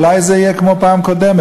אולי זה יהיה כמו בפעם הקודמת.